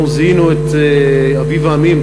אנחנו זיהינו את אביב העמים,